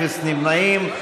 אפס נמנעים.